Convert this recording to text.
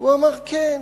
הוא אמר "כן".